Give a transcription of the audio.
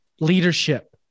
leadership